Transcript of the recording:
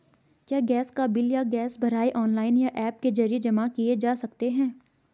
क्या गैस का बिल या गैस भराई ऑनलाइन या ऐप के जरिये जमा किये जा सकते हैं?